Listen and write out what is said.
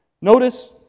Notice